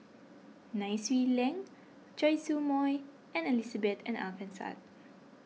Nai Swee Leng Choy Su Moi and Elizabeth and Alfian Sa'At